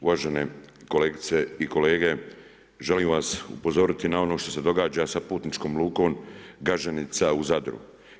Uvažene kolegice i kolege, želim vas upozoriti na ono što se događa sa putničkom lukom Gaženica u Zadru.